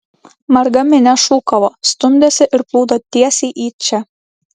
marga minia šūkavo stumdėsi ir plūdo tiesiai į čia